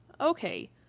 Okay